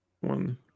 one